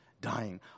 dying